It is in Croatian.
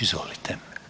Izvolite.